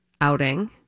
outing